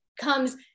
comes